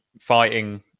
fighting